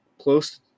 close –